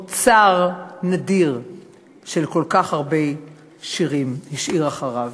אוצר נדיר של כל כך הרבה שירים השאיר אחריו.